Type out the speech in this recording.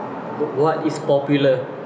what is popular